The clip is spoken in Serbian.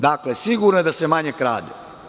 Dakle, sigurno je da se manje krade.